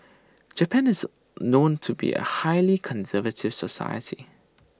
Japan is known to be A highly conservative society